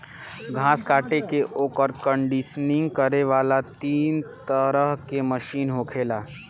घास काट के ओकर कंडीशनिंग करे वाला तीन तरह के मशीन होखेला